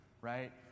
right